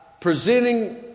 presenting